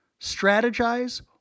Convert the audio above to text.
strategize